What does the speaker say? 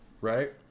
right